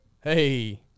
Hey